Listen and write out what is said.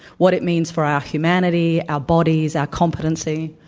what it means for our humanity, our bodies, our competency,